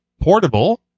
Portable